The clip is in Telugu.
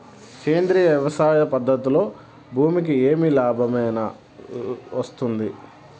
సేంద్రియ వ్యవసాయం పద్ధతులలో భూమికి ఏమి లాభమేనా వస్తుంది?